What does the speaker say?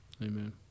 Amen